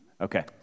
Okay